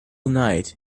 night